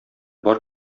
бар